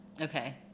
okay